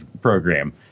Program